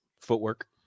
footwork